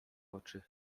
oczy